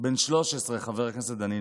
בן 13, חבר הכנסת דנינו,